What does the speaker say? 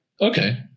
okay